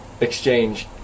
exchange